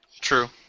True